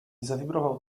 zawibrował